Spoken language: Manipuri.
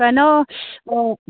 ꯀꯩꯅꯣ